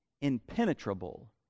impenetrable